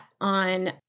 on